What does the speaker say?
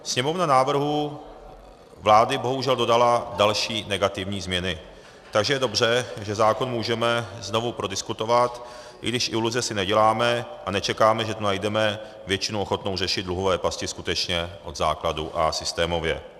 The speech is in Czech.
Sněmovna k návrhu vlády bohužel dodala další negativní změny, takže je dobře, že zákon můžeme znovu prodiskutovat, i když iluze si neděláme a nečekáme, že tu najdeme většinu ochotnou řešit dluhové pasti skutečně od základu a systémově.